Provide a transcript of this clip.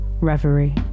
Reverie